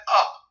up